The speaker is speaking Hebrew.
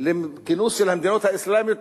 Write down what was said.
לכינוס של המדינות האסלאמיות